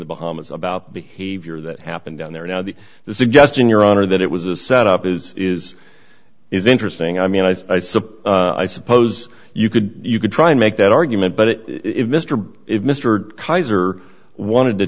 the bahamas about behavior that happened down there now that the suggestion your honor that it was a set up is is is interesting i mean i suppose i suppose you could you could try and make that argument but if mr if mr kaiser wanted t